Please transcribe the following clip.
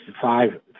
five